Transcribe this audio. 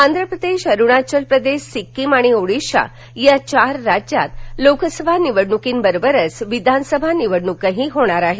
आंध्र अरुणाचलप्रदेश सिक्कीम आणि ओडिशा या चार राज्यात लोकसभा निवडणुकी बरोबरच विधानसभा निवडणूकही होणार आहे